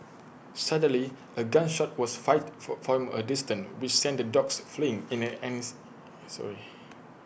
suddenly A gun shot was fired for from A distance which sent the dogs fleeing in an sorry